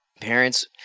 parents